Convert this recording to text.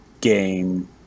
game